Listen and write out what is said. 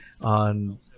on